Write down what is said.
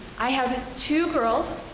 i have two girls,